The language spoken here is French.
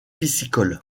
piscicole